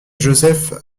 joseph